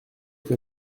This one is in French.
que